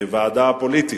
הוועדה הפוליטית,